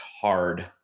hard